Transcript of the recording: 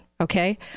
Okay